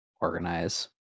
organize